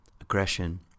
aggression